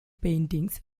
paintings